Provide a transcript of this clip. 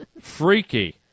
Freaky